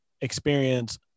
experience